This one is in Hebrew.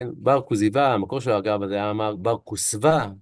בר כוזיבא, המקור שלו אגב, היה אמר בר כוסבה.